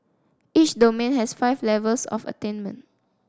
each domain has five levels of attainment